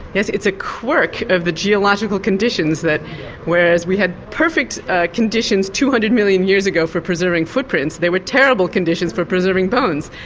yes, it's a quirk of the geological conditions that whereas we had perfect ah conditions two hundred million years ago for preserving footprints, they were terrible conditions for preserving bones.